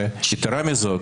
יתרה מזו,